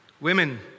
Women